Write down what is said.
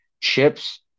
Chips